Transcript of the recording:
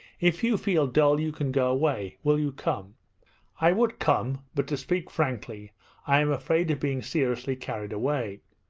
if you feel dull you can go away. will you come i would come, but to speak frankly i am afraid of being' seriously carried away